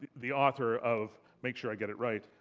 the author of. make sure i get it right.